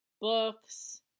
books